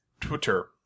Twitter